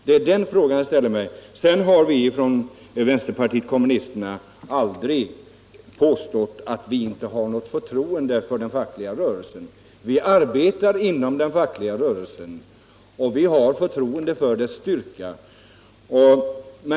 Det är de frågorna jag ställer mig. Vi i vänsterpartiet kommunisterna har aldrig påstått att vi inte har något förtroende för den fackliga rörelsen. Vi arbetar inom den fackliga rörelsen och vi har förtroende för dess styrka.